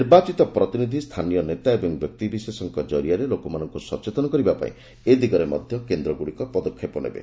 ନିର୍ବାଚିତ ପ୍ରତିନିଧି ସ୍ଥାନୀୟ ନେତା ଓ ବ୍ୟକ୍ତିବିଶେଷଙ୍କ ଜରିଆରେ ଲୋକମାନଙ୍କୁ ସଚେତନ କରିବାପାଇଁ ଏଦିଗରେ ମଧ୍ୟ ଏହି କେନ୍ଦ୍ରଗୁଡ଼ିକ ପଦକ୍ଷେପ ନେବେ